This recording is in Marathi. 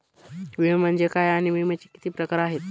विमा म्हणजे काय आणि विम्याचे किती प्रकार आहेत?